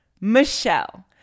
Michelle